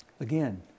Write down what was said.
Again